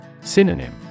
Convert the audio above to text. Synonym